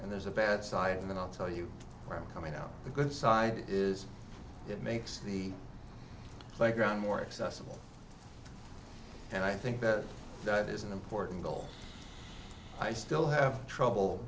and there's a bad side and i'll tell you where i'm coming out the good side is it makes the playground more accessible and i think that that is an important goal i still have trouble